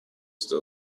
still